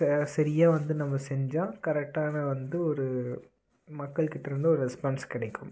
ச சரியாக வந்து நம்ம செஞ்சால் கரெக்டான வந்து ஒரு மக்கள்கிட்ட இருந்து ஒரு ரெஸ்பான்ஸ் கிடைக்கும்